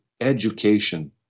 education